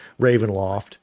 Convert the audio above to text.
Ravenloft